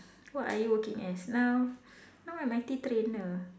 what are you working as now now I'm I_T trainer